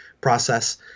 process